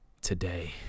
today